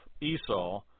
Esau